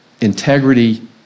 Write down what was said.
integrity